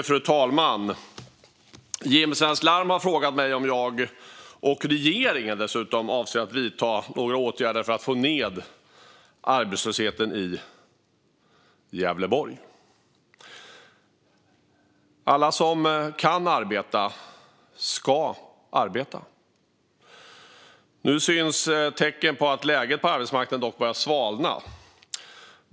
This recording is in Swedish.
Fru talman! Jim Svensk Larm har frågat mig om jag och regeringen avser att vidta några åtgärder för att få ned arbetslösheten i Gävleborg. Alla som kan arbeta ska arbeta. Nu syns dock tecken på att läget på arbetsmarknaden börjar svalna.